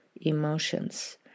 emotions